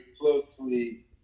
closely